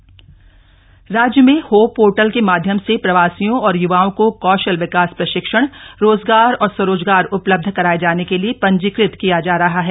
hope portal Uttarkashi राज्य में hope portal के माध्यम से प्रवासियों और युवाओं को कौशल विकास प्रशिक्षण रोजगार और स्वरोजगार उपलब्ध कराए जाने के लिए पंजीकृत किया जा रहा है